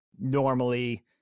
Normally